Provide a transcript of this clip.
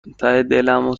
دلمو